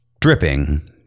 dripping